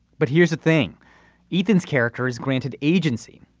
but here's the thing ethan's character is granted agency.